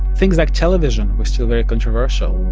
things like television was still very controversial,